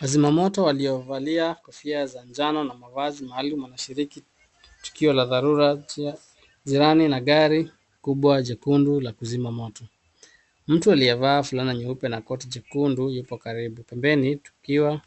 Wazimamoto waliovalia kofia za njano na mavazi maalum wanashiriki tukio la dharura njiani na gari kubwa jekundu la kuzima moto. Mtu aliyevaa fulana nyeupe na koti jekundu yupo karibu. Pembeni, tukio